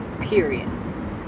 period